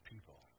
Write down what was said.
people